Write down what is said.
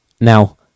Now